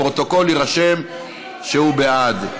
לפרוטוקול יירשם שהוא בעד.